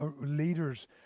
leaders